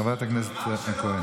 חברת הכהן פרקש הכהן.